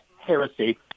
heresy